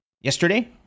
yesterday